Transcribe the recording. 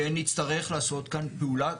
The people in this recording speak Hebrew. אבל יתכן שנצטרך לעשות כאן פעולה.